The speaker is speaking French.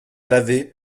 laver